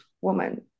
woman